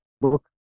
book